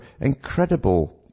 incredible